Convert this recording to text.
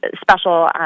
special